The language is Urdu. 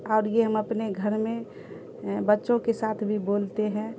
اور یہ ہم اپنے گھر میں بچوں کے ساتھ بھی بولتے ہیں